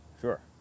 Sure